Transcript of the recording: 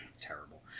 Terrible